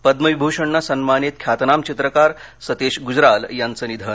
पद्मविभूषणनं सन्मानित ख्यातनाम चित्रकार सतीश गुजराल यांचं निधन